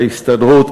להסתדרות,